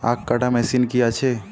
আখ কাটা মেশিন কি আছে?